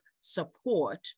support